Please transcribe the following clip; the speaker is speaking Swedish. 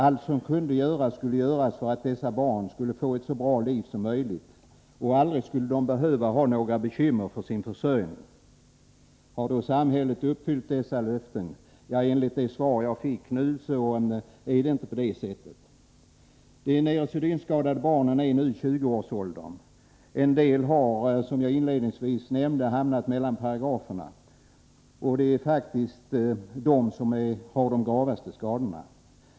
Allt som kunde göras skulle göras för att dessa barn skulle få ett så bra liv som möjligt. Aldrig skulle de behöva ha några bekymmer för sin försörjning. Har då samhället uppfyllt dessa löften? Enligt det svar jag nu fick är det inte på det sättet. De neurosedynskadade barnen är nu i tjugoårsåldern. En del har, som jag inledningsvis nämnde, hamnat mellan paragraferna, och det gäller faktiskt dem som har de gravaste skadorna.